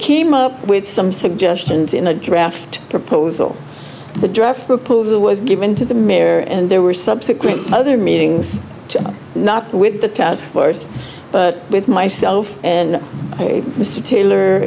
came up with some suggestions in a draft proposal the draft proposal was given to the mayor and there were subsequent other meetings not with the task force but with myself and mr taylor